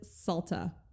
Salta